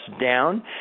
down